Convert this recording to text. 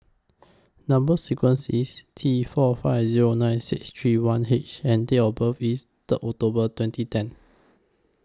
Number sequence IS T four five Zero nine six three one H and Date of birth IS Third October twenty ten